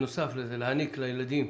להעניק לילדים